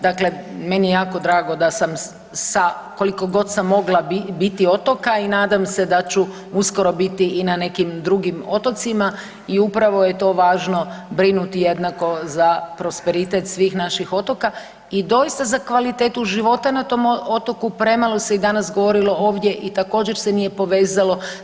Dakle, meni je jako drago da sam sa koliko god sam mogla biti otoka i nadam se da ću uskoro biti i na nekim drugim otocima i upravo je to važno brinuti jednako za prosperitet svih naših otoka i doista za kvalitetu života na tom otoku premalo se i danas govorilo ovdje i također se nije povezalo.